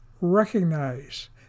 Recognize